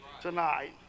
tonight